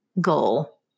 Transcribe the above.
goal